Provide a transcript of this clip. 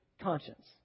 conscience